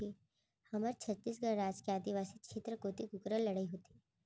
हमर छत्तीसगढ़ राज के आदिवासी छेत्र कोती कुकरा लड़ई होथे